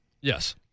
Yes